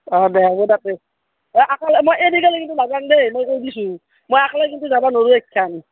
অঁ দে হ'ব ৰাখ দে অঁ আকলে মই এৰি গ'লে কিন্তু নাযাম দেই মই কৈ দিছোঁ মই আকলে কিন্তু যাবা নোৰোঁ এইখান